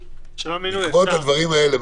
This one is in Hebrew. בעקבות הדברים האלה,